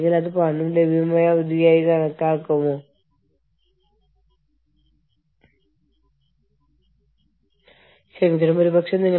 നിങ്ങൾക്ക് കൈകാര്യം ചെയ്യാൻ കൂടുതൽ സാങ്കേതികവിദ്യ വേണം